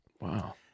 Wow